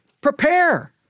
prepare